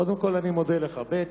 קודם כול, אני מודה לך, ב.